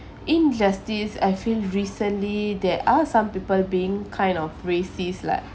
injustice I feel recently there are some people being kind of racist like